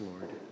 Lord